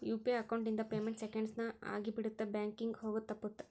UPI account ಇಂದ payment seconds ನ ಆಗಿಬಿಡತ್ತ ಬ್ಯಾಂಕಿಂಗ್ ಹೋಗೋದ್ ತಪ್ಪುತ್ತ